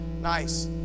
Nice